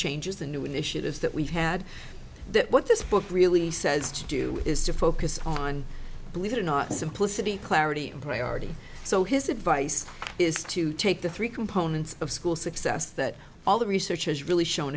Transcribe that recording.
changes the new initiatives that we've had that what this book really says to do is to focus on believe it or not simplicity clarity and priority so his advice is to take the three components of school success that all the research has really show